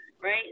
right